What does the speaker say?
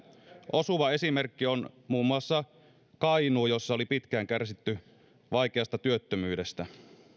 osuva esimerkki on muun muassa kainuu jossa oli pitkään kärsitty vaikeasta työttömyydestä